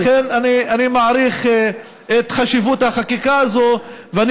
ולכן אני מעריך את חשיבות החקיקה הזאת.